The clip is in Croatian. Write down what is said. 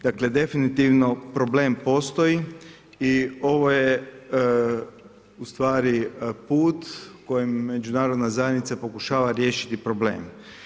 Dakle, definitivno problem postoji i ovo je u stvari put kojim Međunarodna zajednica pokušava riješiti problem.